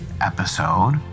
episode